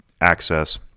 access